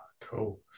cool